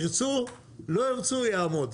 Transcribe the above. ירצו, לא ירצו, אעמוד.